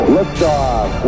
Liftoff